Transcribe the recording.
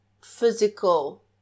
physical